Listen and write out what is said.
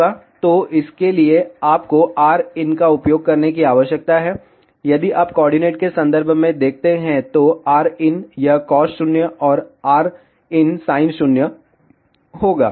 तो इसके लिए आपको rin का उपयोग करने की आवश्यकता है यदि आप कोऑर्डिनेट के संदर्भ में देखते हैं तो rin यह cos0 और rin sin0 होगा